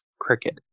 cricket